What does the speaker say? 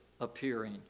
appearing